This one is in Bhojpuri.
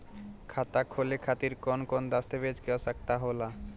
खाता खोले खातिर कौन कौन दस्तावेज के आवश्यक होला?